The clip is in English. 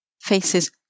faces